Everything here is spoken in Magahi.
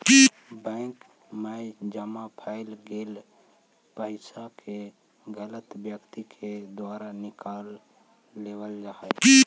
बैंक मैं जमा कैल गेल पइसा के गलत व्यक्ति के द्वारा निकाल लेवल जा हइ